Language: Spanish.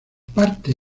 parte